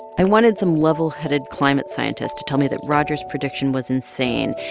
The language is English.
i wanted some level-headed climate scientist to tell me that roger's prediction was insane.